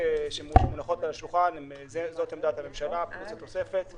שהתקנות שמונחות על השולחן זאת עמדת הממשלה פלוס התוספת.